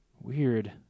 Weird